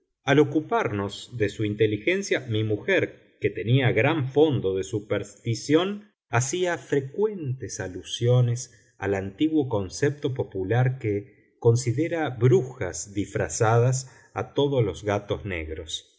al ocuparnos de su inteligencia mi mujer que tenía gran fondo de superstición hacía frecuentes alusiones al antiguo concepto popular que considera brujas disfrazadas a todos los gatos negros